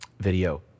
video